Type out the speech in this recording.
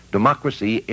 Democracy